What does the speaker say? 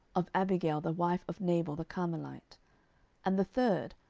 of abigail the wife of nabal the carmelite and the third,